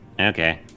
Okay